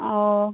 ও